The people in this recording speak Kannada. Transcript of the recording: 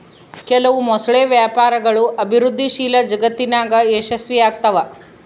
ಕೆಲವು ಮೊಸಳೆ ವ್ಯಾಪಾರಗಳು ಅಭಿವೃದ್ಧಿಶೀಲ ಜಗತ್ತಿನಾಗ ಯಶಸ್ವಿಯಾಗ್ತವ